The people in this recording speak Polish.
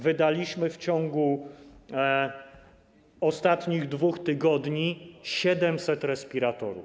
Wydaliśmy w ciągu ostatnich 2 tygodni 700 respiratorów.